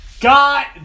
Got